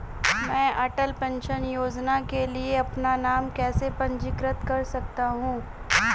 मैं अटल पेंशन योजना के लिए अपना नाम कैसे पंजीकृत कर सकता हूं?